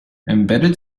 embedded